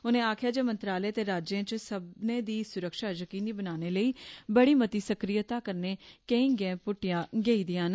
उनें आखेआ जे मंत्रालयें ते राज्यें च सब्भनें दी स्रक्षा यकीनी बनाने लेई बड़ी मती सक्रियता कन्नै केईं गैईं प्टटियां गेईआं न